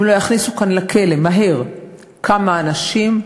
אם לא יכניסו כאן לכלא מהר כמה אנשים,